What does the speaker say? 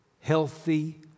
healthy